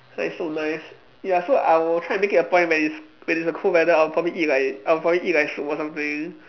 like so nice ya so I will try it to make it a point when it's when it's a cold weather I'll probably eat like I'll probably eat like soup or something